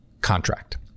contract